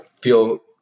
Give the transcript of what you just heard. feel